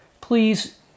please